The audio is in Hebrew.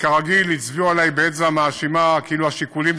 וכרגיל הצביעו עלי באצבע מאשימה כאילו השיקולים